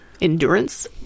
Endurance